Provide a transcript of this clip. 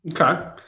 Okay